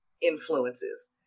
influences